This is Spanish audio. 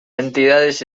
entidades